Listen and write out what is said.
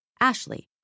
Ashley